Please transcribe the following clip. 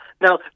Now